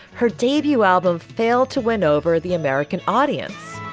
her debut album failed to win over the american audience.